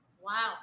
Wow